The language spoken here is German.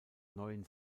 neuen